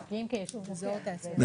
למה?